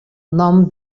nom